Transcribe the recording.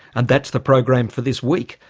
and that's the program for this week.